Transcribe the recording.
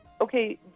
okay